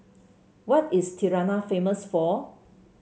what is Tirana famous for